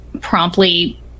promptly